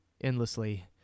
endlessly